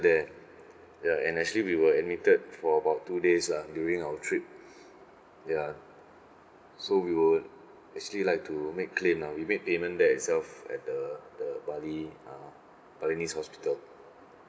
there ya and actually we were admitted for about two days lah during our trip ya so we would actually like to make claim lah we make payment there itself at the the bali balinese hospital